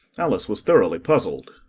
alice was thoroughly puzzled.